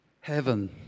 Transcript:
heaven